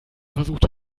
versucht